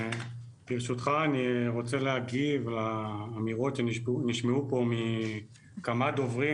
ברשותך אני רוצה להגיב לאמירות או תהיות שנשמעו פה מכמה דוברים,